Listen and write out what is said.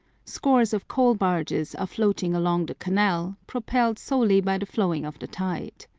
scores of coal-barges are floating along the canal, propelled solely by the flowing of the tide.